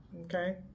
Okay